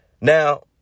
Now